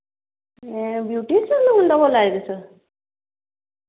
beauty salon दा बोला दे तुस